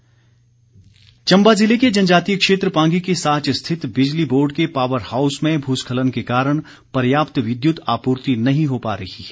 बिजली चम्बा जिले के जनजातीय क्षेत्र पांगी के साच स्थित बिजली बोर्ड के पावर हाउस में भूस्खलन के कारण पर्याप्त विद्युत आपूर्ति नहीं हो पा रही है